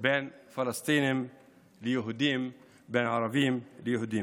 בין פלסטינים ליהודים, בין ערבים ליהודים.